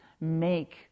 make